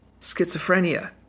schizophrenia